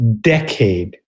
decade